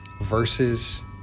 versus